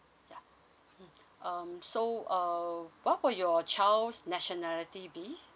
ya mm um so uh what would your child's nationality be